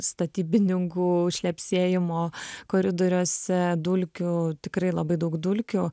statybininkų šlepsėjimo koridoriuose dulkių tikrai labai daug dulkių